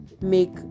make